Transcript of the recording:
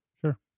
sure